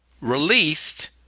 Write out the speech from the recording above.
Released